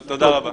רבותיי,